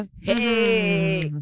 Hey